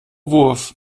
wurf